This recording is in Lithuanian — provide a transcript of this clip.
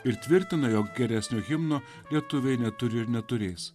ir tvirtina jog geresnio himno lietuviai neturi ir neturės